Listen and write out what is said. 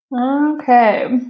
Okay